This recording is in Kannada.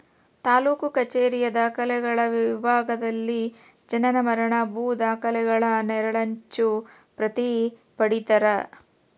ತಾಲೂಕು ಕಛೇರಿಯ ದಾಖಲೆಗಳ ವಿಭಾಗದಲ್ಲಿ ಜನನ ಮರಣ ಭೂ ದಾಖಲೆಗಳ ನೆರಳಚ್ಚು ಪ್ರತಿ ಪಡೀತರ